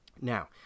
Now